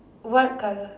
what colour